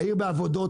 העיר בעבודות,